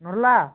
Narla